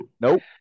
Nope